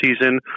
season